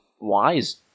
wise